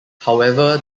however